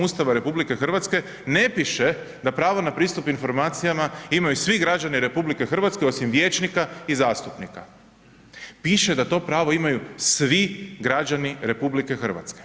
Ustava RH ne piše da pravo na pristup informacijama imaju svi građani RH osim vijećnika i zastupnika, piše da to pravo imaju svi građani RH.